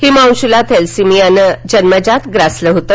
हिमांशूला थॅलेसिमियाने जन्मजात ग्रासलं होतं